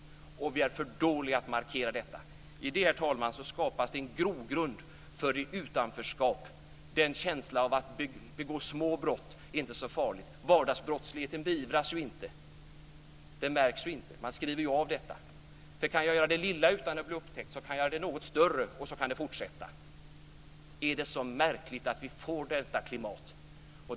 Och vi är för dåliga på att markera detta. I detta, herr talman, skapas en grogrund för utanförskap. Det skapas en känsla av att det inte är så farligt att begå små brott. Vardagsbrottsligheten beivras ju inte. Det märks ju inte. Man skriver ju av detta. Kan jag göra det lilla utan att bli upptäckt så kan jag göra det något större, och så kan det fortsätta.